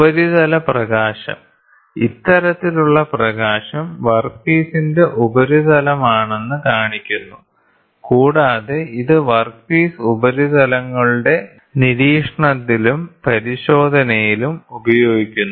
ഉപരിതല പ്രകാശം ഇത്തരത്തിലുള്ള പ്രകാശം വർക്ക്പീസിന്റെ ഉപരിതലമാണെന്ന് കാണിക്കുന്നു കൂടാതെ ഇത് വർക്ക്പീസ് ഉപരിതലങ്ങളുടെ നിരീക്ഷണത്തിലും പരിശോധനയിലും ഉപയോഗിക്കുന്നു